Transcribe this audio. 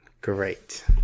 great